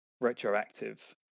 retroactive